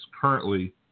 currently